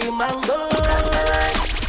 mango